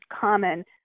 common